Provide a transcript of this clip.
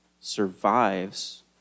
survives